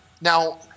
Now